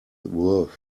worth